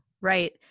right